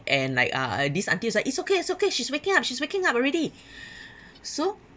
and like uh uh this auntie was like so it's okay it's okay she's waking up she's waking up already so